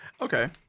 okay